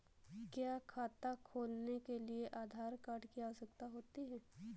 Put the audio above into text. क्या खाता खोलने के लिए आधार कार्ड की आवश्यकता होती है?